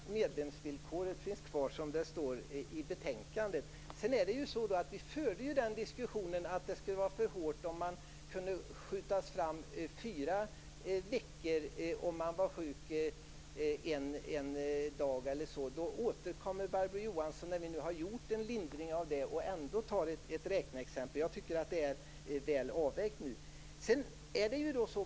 Herr talman! Det är klart att medlemsvillkoret finns kvar som det står i betänkandet. Vi förde en diskussion om att det skulle vara för hårt om möjligheten att erhålla inträde i kassan kunde förskjutas med fyra veckor om man var sjuk en dag. Vi har föreslagit en lindring. Ändå återkommer Barbro Johansson och tar upp ett räkneexempel. Jag tycker att det är väl avvägt nu.